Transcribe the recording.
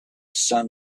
sun